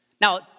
Now